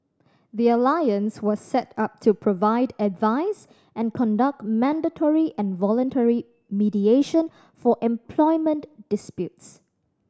the alliance was set up to provide advice and conduct mandatory and voluntary mediation for employment disputes